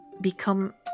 become